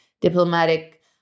diplomatic